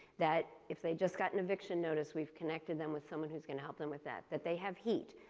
that if they just got an eviction notice, we've connected them with someone who's going to help them with that, that they have heat,